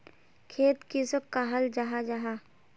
खेत किसोक कहाल जाहा जाहा?